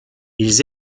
ils